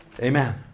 Amen